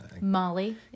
Molly